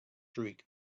streak